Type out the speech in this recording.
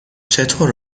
چطور